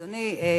אדוני,